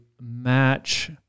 match